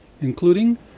including